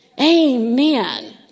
Amen